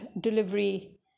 delivery